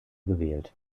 gewählt